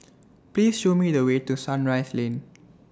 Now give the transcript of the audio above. Please Show Me The Way to Sunrise Lane